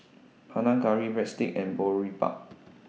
Panang Curry Breadsticks and Boribap